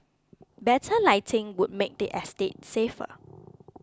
better lighting would make the estate safer